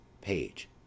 Page